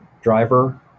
driver